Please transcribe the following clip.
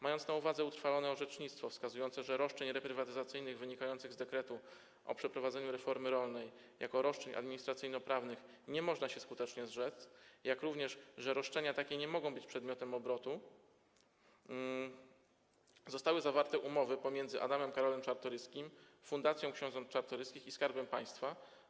Mając na uwadze utrwalone orzecznictwo wskazujące, że roszczeń reprywatyzacyjnych wynikających z dekretu o przeprowadzeniu reformy rolnej - jako roszczeń administracyjnoprawnych - nie można się skutecznie zrzec, jak również że roszczenia takie nie mogą być przedmiotem obrotu, zostały zawarte umowy pomiędzy Adamem Karolem Czartoryskim, Fundacją Książąt Czartoryskich i Skarbem Państwa.